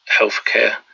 healthcare